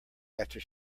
after